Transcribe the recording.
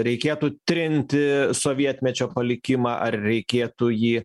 reikėtų trinti sovietmečio palikimą ar reikėtų jį